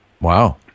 wow